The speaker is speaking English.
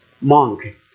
monk